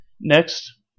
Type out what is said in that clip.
Next